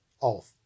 off